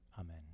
Amen